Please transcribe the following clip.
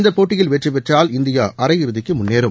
இந்த போட்டியில் வெற்றிபெற்றால் இந்தியா அரையிறுதிக்கு முன்னேறும்